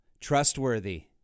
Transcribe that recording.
trustworthy